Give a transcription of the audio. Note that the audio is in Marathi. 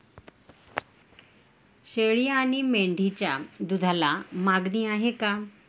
शेळी आणि मेंढीच्या दूधाला मागणी आहे का?